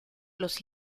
los